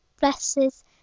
blesses